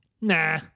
Nah